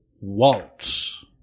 waltz